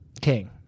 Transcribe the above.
King